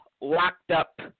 locked-up